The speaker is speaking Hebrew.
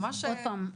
עוד פעם,